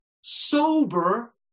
sober